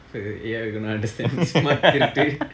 ya we are gonna understand smart திருட்டு:thiruttu